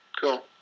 Cool